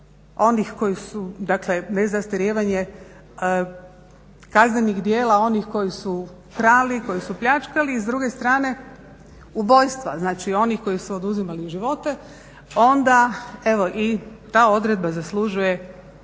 strani imate nezastarijevanje kaznenih djela onih koji su krali, koji su pljačkali i s druge strane ubojstva, znači onih koji su oduzimali živote, onda evo i ta odredba zaslužuje